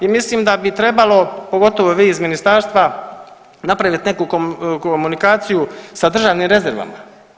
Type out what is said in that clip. I mislim da bi trebalo, pogotovo vi iz ministarstva napravit neku komunikaciju sa državnim rezervama.